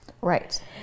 Right